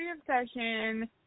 obsession